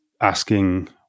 asking